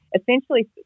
Essentially